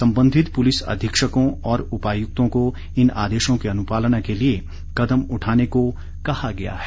संबंधित पुलिस अधीक्षकों और उपायुक्तों को इन आदेशों की अनुपालना के लिए कदम उठाने को कहा गया है